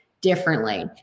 differently